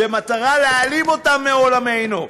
במטרה להעלים אותם מעולמנו.